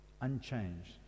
unchanged